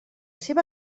seva